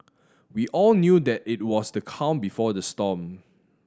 we all knew that it was the calm before the storm